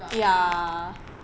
ya